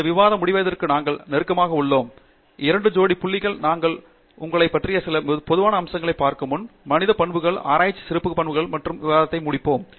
இந்த விவாதம் முடிவடைவதற்கு நாங்கள் நெருக்கமாக உள்ளோம் இரண்டு ஜோடி புள்ளிகள் நாங்கள் உங்களைப் பற்றிய சில பொதுவான அம்சங்களைப் பார்க்கும் முன் மனித பண்புகள் ஆராய்ச்சி சிறப்பியல்புகள் மற்றும் இந்த விவாதத்தை மூடுவோம்